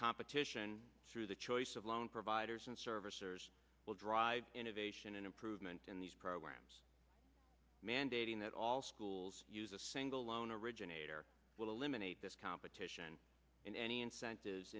competition through the choice of loan providers and servicers will drive innovation and improvement in these programs mandating that all schools use a single loan originator will eliminate this competition in any incentives